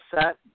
set